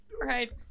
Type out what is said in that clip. right